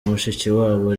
mushikiwabo